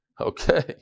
Okay